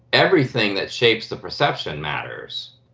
everything that shapes the perception matters.